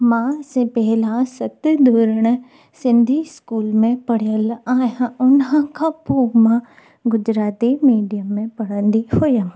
मां से पहिरां सत धुरण सिंधी स्कूल में पढ़ियलु आहियां उन खां पोइ मां गुजराती मीडिअम में पढ़दी हुअमि